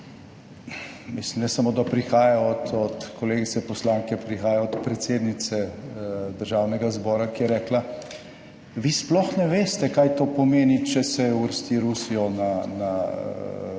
mislim, ne samo, da prihaja od kolegice poslanke, prihaja od predsednice Državnega zbora, ki je rekla, »vi sploh ne veste kaj to pomeni, če se uvrsti Rusijo na listo